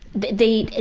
the.